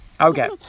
Okay